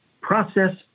process